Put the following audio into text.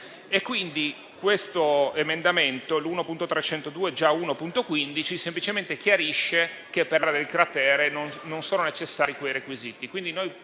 Quindi, l'emendamento 1.302 (già 1.15) semplicemente chiarisce che per l'area del cratere non sono necessari quei requisiti.